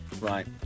Right